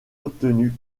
obtenue